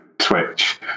switch